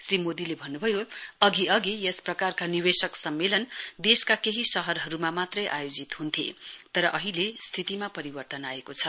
श्री मोदीले भन्न भयो अघि अघि यस प्रकारका निवेशक सम्मेलन देशका केही शहरहरूमा मात्रै आयोजित हुन्थे तर अहिले स्थितिमा परिवर्तन आएको छ